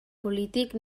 polític